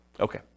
Okay